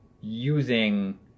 using